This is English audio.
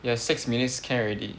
yes six minutes can already